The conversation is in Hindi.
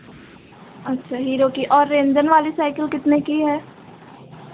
अच्छा हीरो की और रेंजन वाली साइकिल कितने की है